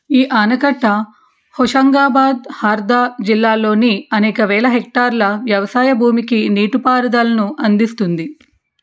ఈ ఆనకట్ట హోషంగాబాద్ హార్ధా జిల్లాలోని అనేక వేల హెక్టార్ల వ్యవసాయ భూమికి నీటిపారుదలను అందిస్తుంది